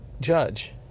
judge